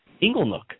Inglenook